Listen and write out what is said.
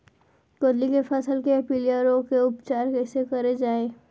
गोंदली के फसल के पिलिया रोग के उपचार कइसे करे जाये?